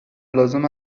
لازم